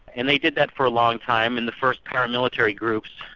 and they did that for a long time, and the first paramilitary groups,